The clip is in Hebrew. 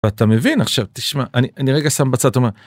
ואתה מבין, עכשיו תשמע, אני, אני רגע שם בצד את ה...